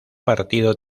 partido